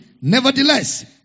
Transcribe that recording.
Nevertheless